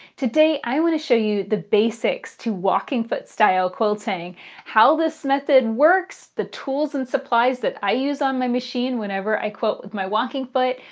today i want to show you the basics to walking foot-style quilting how this method works, the tools and supplies that i use on my machine whenever i quilt with my walking foot,